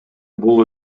бул